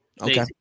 Okay